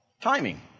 Timing